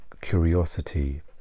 curiosity